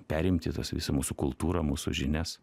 perimti tas visą mūsų kultūrą mūsų žinias